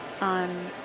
on